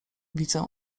widzę